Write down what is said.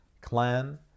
clan